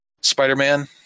Spider-Man